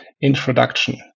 introduction